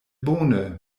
bone